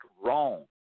wrong